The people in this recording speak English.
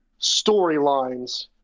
storylines